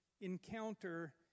encounter